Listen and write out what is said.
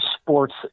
sports